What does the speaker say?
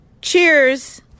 Cheers